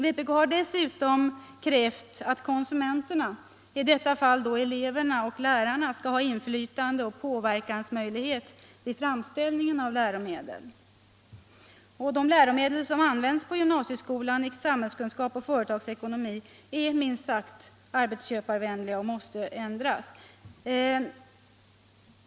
Vpk har dessutom krävt att konsumenterna — i detta fall eleverna och lärarna — skall ha inflytande och påverkansmöjlighet vid framställningen av läromedel. De läromedel som används inom gymnasieskolan i samhällskunskap och företagsekonomi är minst sagt arbetsköparvänliga och måste ändras.